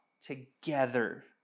together